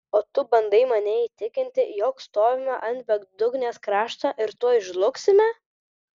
o tu bandai mane įtikinti jog stovime ant bedugnės krašto ir tuoj žlugsime